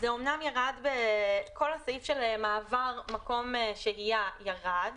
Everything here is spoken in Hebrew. כל הסעיף של מעבר מקום שהייה ירד,